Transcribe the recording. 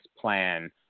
plan